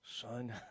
Son